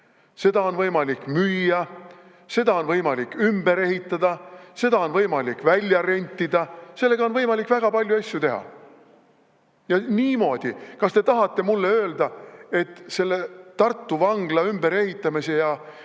Seda on võimalik müüa, seda on võimalik ümber ehitada, seda on võimalik välja rentida, sellega on võimalik väga palju asju teha. Kas te tahate mulle öelda, et selle Tartu vangla ümberehitamise ja